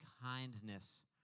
kindness